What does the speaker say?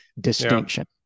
distinction